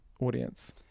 Audience